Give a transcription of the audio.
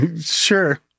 Sure